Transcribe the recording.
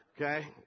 Okay